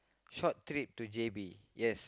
short trip to JB